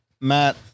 Matt